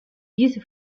diese